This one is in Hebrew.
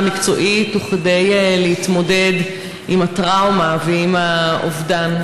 מקצועית וכדי להתמודד עם הטראומה ועם האובדן.